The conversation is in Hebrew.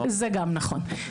זה גם נכון.